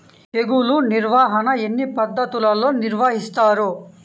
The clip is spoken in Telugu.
తెగులు నిర్వాహణ ఎన్ని పద్ధతులలో నిర్వహిస్తారు?